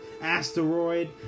Asteroid